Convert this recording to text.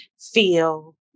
feel